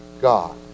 God